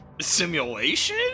Simulation